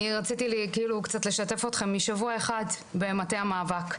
רציתי לשתף אתכם משבוע אחד במטה המאבק.